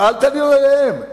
אבל אל תלינו עליהם.